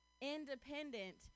independent